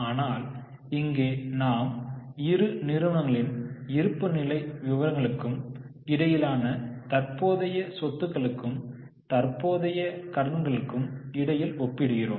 ஆனால் இங்கே நாம் இரு நிறுவனங்களின் இருப்புநிலை விவரங்களுக்கு இடையிலான தற்போதைய சொத்துகளுக்கும் தற்போதைய கடன்களுக்கும் இடையில் ஒப்பிடுகிறோம்